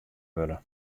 wurde